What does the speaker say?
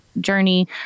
journey